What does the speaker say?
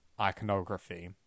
iconography